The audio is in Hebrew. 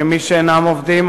כמי שאינם עובדים,